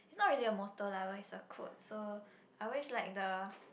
it's not really a motto lah but it's a quote so I always like the